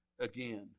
again